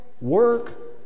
work